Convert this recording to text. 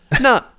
No